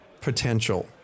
potential